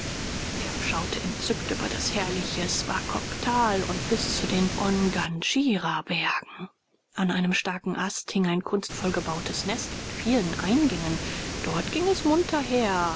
erb schaute entzückt über das herrliche swakoptal und bis zu den onganjirabergen an einem starken ast hing ein kunstvoll gebautes nest mit vielen eingängen dort ging es munter her